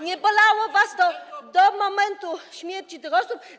Nie bolało was to do momentu śmierci tych osób.